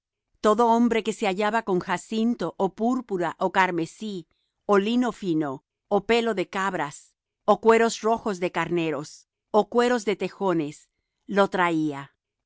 todo hombre que se hallaba con jacinto ó púrpura ó carmesí ó lino fino ó pelo de cabras ó cueros rojos de carneros ó cueros de tejones lo traía